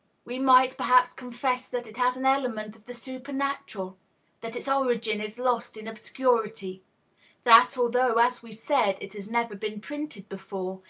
we might, perhaps, confess that it has an element of the supernatural that its origin is lost in obscurity that, although, as we said, it has never been printed before,